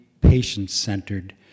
patient-centered